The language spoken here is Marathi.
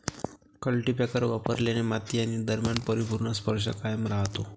कल्टीपॅकर वापरल्याने माती आणि दरम्यान परिपूर्ण स्पर्श कायम राहतो